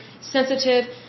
sensitive